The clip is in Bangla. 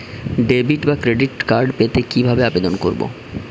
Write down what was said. ডেবিট বা ক্রেডিট কার্ড পেতে কি ভাবে আবেদন করব?